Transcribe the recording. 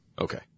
Okay